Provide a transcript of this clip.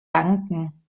danken